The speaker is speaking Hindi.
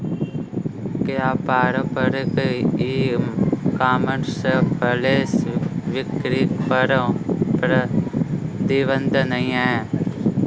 क्या पारंपरिक ई कॉमर्स फ्लैश बिक्री पर प्रतिबंध नहीं है?